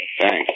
Thanks